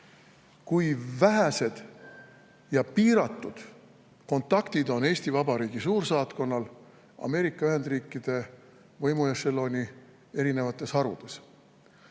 kui vähesed ja piiratud kontaktid on Eesti Vabariigi suursaatkonnal Ameerika Ühendriikide võimuešeloni eri harudes.